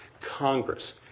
Congress